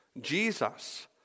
Jesus